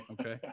Okay